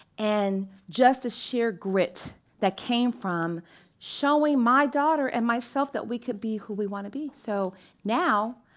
and just a sheer grit that came from showing my daughter and myself that we could be who we want to be. so now,